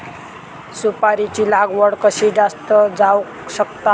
सुपारीची लागवड कशी जास्त जावक शकता?